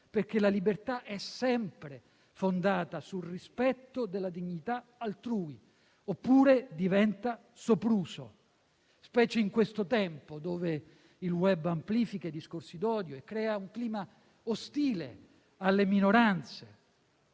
infatti, è sempre fondata sul rispetto della dignità altrui oppure diventa sopruso, specie in questo tempo dove il *web* amplifica i discorsi d'odio e crea un clima ostile alle minoranze.